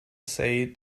say